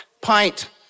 pint